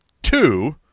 two